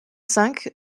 cinq